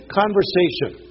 conversation